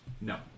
No